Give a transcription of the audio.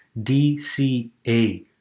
DCA